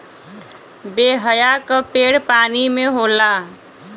बेहया क पेड़ पानी में होला